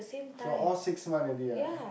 so all six month already ah